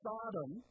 Sodom